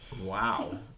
Wow